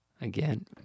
Again